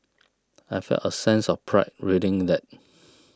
I felt a sense of pride reading that